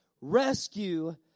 rescue